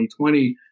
2020